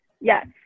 Yes